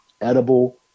edible